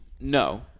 no